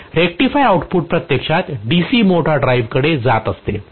तर rectifier output प्रत्यक्षात DC motor drive कडे जात आहे